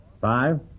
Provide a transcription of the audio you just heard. Five